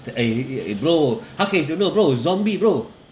the eh bro how can you don't know bro zombie bro